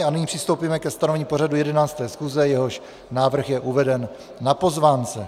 A nyní přistoupíme ke stanovení pořadu 11. schůze, jehož návrh je uveden na pozvánce.